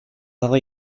dago